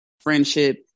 friendship